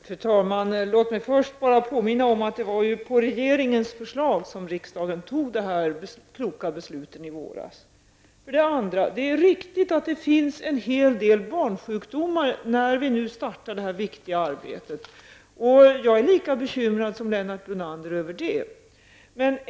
Fru talman! Låt mig först bara påminna om att det ju var på regeringens förslag som riksdagen fattade dessa kloka beslut i våras. Sedan är det riktigt att det finns en hel del barnsjukdomar nu när vi startar detta viktiga arbete. Jag är lika bekymrad som Lennart Brunander över det.